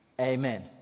Amen